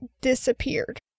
disappeared